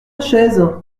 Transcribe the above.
chaises